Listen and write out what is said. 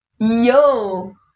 yo